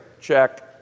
Check